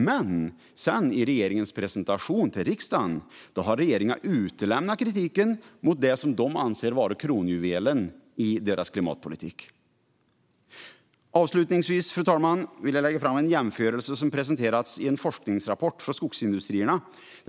Men i regeringens presentation till riksdagen har regeringen sedan utelämnat kritiken mot det den anser vara kronjuvelen i dess klimatpolitik. Avslutningsvis, fru talman, vill jag lägga fram en jämförelse som presenterats i en forskningsrapport från Skogsindustrierna.